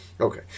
Okay